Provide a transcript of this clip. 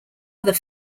other